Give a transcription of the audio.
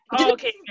Okay